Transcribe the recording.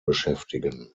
beschäftigen